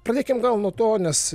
pradėkime gal nuo to nes